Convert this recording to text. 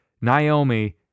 Naomi